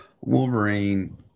Wolverine